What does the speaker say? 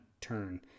turn